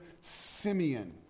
Simeon